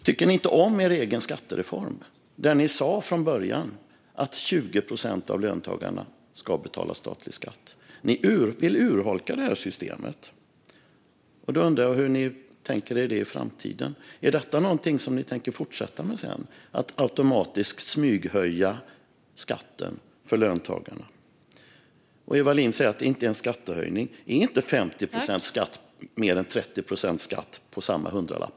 Tycker ni inte om er egen skattereform, där ni sa från början att 20 procent av löntagarna ska betala statlig skatt? Ni vill urholka systemet, och då undrar jag hur ni tänker er framtiden. Tänker ni fortsätta att automatiskt smyghöja skatten för löntagarna? Eva Lindh säger att det inte är en skattehöjning. Är inte 50 procent i skatt mer än 30 procent i skatt på samma hundralapp?